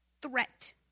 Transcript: threat